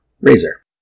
Razor